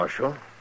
Marshal